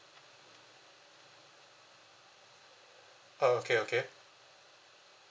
uh okay okay